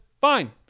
fine